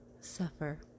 suffer